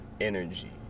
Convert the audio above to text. energy